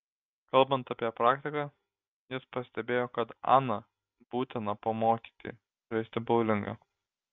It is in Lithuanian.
kalbant apie praktiką jis pastebėjo kad aną būtina pamokyti žaisti boulingą